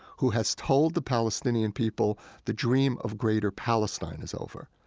who has told the palestinian people the dream of greater palestine is over.